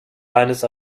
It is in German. eines